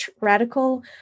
radical